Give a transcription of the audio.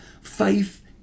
faith